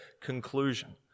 conclusion